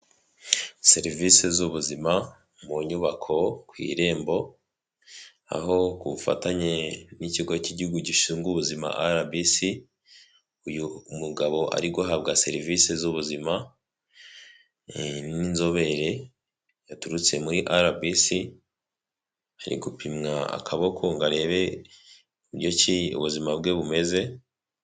Serivisi z,ubuzima mu nyubako ku irembo aho ku bufatanye n'ikigo cy'igihugu gishinzwe ubuzima rbc uyu mugabo ari guhabwa serivisi z'ubuzima n'inzobere yaturutse muri rbc hari gupimwa akaboko ngo arebe uburyo ki ubuzima bwe bumeze.